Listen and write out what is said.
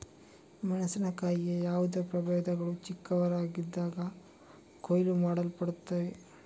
ಮೆಣಸಿನಕಾಯಿಯ ಯಾವುದೇ ಪ್ರಭೇದಗಳು ಚಿಕ್ಕವರಾಗಿದ್ದಾಗ ಕೊಯ್ಲು ಮಾಡಲ್ಪಡುತ್ತವೆ